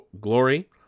Glory